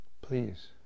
Please